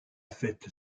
faite